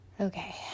Okay